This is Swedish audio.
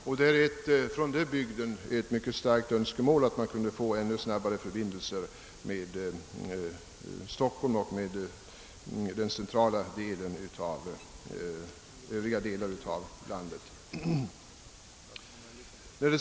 I denna bygd är det ett mycket starkt önskemål att få ännu snabbare förbindelser med Stockholm och övriga delar av landet.